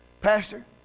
Pastor